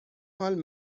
حال